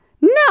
No